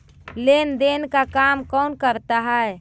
लेन देन का काम कौन करता है?